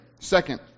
Second